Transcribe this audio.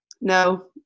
no